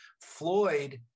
Floyd